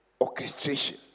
orchestration